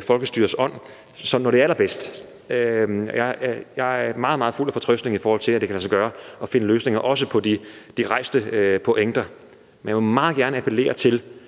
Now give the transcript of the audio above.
folkestyrets ånd, som når det er allerbedst. Jeg er meget, meget fuld af fortrøstning, i forhold til at det kan lade sig gøre at finde løsninger, også hvad angår de rejste pointer. Men der er noget, jeg meget gerne vil appellere til.